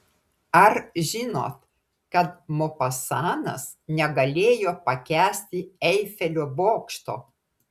ar žinot kad mopasanas negalėjo pakęsti eifelio bokšto